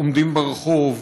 עומדים ברחוב.